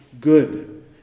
good